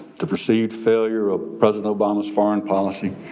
the perceived failure of president obama's foreign policy,